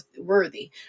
worthy